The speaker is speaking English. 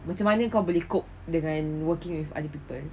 macam mana kau boleh cope dengan working with other people